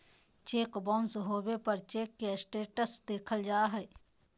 cheque bounce होबे पर cheque के स्टेटस देखल जा हइ